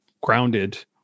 grounded